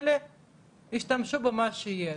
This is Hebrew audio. אלא ישתמשו במה שיש.